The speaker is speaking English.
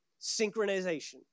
synchronization